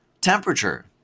temperature